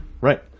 right